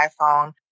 iPhone